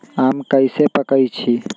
आम कईसे पकईछी?